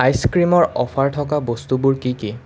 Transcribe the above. আইচক্ৰীমৰ offer থকা বস্তুবোৰ কি কি